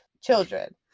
children